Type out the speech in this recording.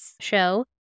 show